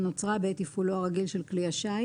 שנוצרה בעת תפעולו הרגיל של כלי השיט,